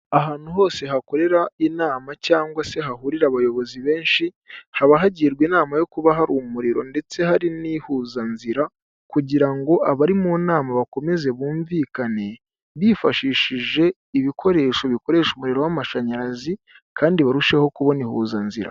Ahantu hose hakorera inama cyangwa se hahurira abayobozi benshi, haba hagirwa inama yo kuba hari umuriro ndetse hari n'ihuzanzira, kugira ngo abari mu nama bakomeze bumvikane bifashishije ibikoresho bikoresha umuriro w'amashanyarazi kandi barusheho kubona ihuzanzira.